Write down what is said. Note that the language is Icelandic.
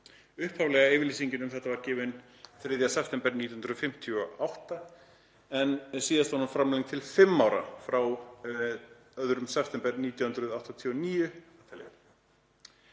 Upphaflega yfirlýsingin um þetta var gefin 3. september 1958, en síðast var hún framlengd til fimm ára, frá 2. september 1989